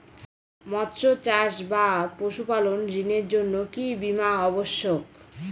মৎস্য চাষ বা পশুপালন ঋণের জন্য কি বীমা অবশ্যক?